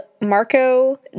Marco